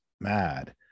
mad